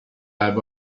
i’ve